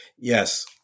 Yes